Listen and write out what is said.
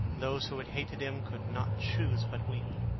those who had hated him could not choose but weep,